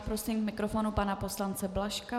Prosím k mikrofonu panu poslance Blažka.